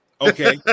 Okay